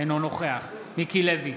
אינו נוכח מיקי לוי,